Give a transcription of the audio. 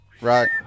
Right